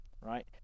right